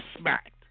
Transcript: smacked